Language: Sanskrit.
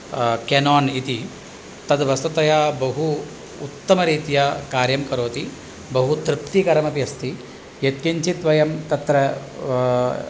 केनान् इति तद्वस्तुतः बहु उत्तरीत्या कार्यं करोति बहुतृप्तिकरमपि अस्ति यत्किञ्चित् वयं तत्र